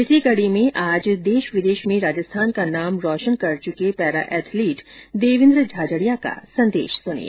इस कडी में आज देश विदेश में राजस्थान का नाम रोशन कर चुके पैरा एथलीट देवेन्द्र झाझडिया का संदेश सुनिए